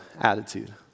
attitude